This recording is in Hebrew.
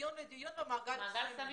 מדיון לדיון אנחנו במעגל קסמים.